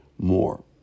More